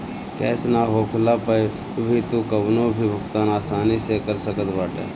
cash ना होखला पअ भी तू कवनो भी भुगतान आसानी से कर सकत बाटअ